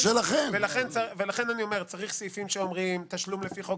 ולכן אני אומר שצריך סעיפים שאומרים "תשלום לפי חוק